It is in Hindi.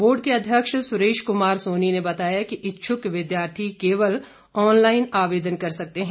बोर्ड के अध्यक्ष सुरेश कुमार सोनी ने बताया कि इच्छुक विद्यार्थी केवल ऑनलाईन आवेदन कर सकते हैं